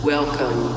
Welcome